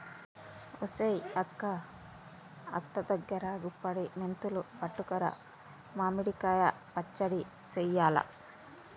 ఒసెయ్ అక్క అత్త దగ్గరా గుప్పుడి మెంతులు పట్టుకురా మామిడి కాయ పచ్చడి సెయ్యాల